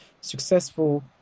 successful